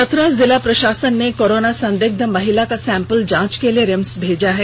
चतरा जिला प्रशासन ने कोरोना संदिग्ध महिला का सैंपल जांच के लिए रिम्स भेजा है